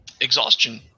exhaustion